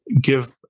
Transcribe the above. give